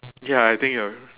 ya I think you're